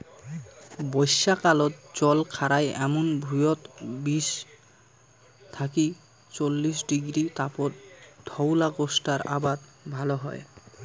বইষ্যাকালত জল খাড়ায় এমুন ভুঁইয়ত বিশ থাকি চল্লিশ ডিগ্রী তাপত ধওলা কোষ্টার আবাদ ভাল হয়